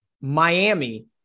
Miami